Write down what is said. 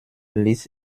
ließ